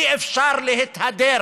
אי-אפשר להתהדר